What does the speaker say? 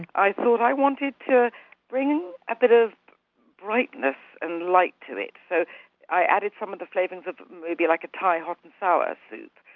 and i thought i wanted to bring a bit of brightness and light to it, so i added some of the flavors of like a thai hot and sour soup.